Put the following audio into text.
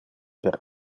per